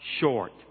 short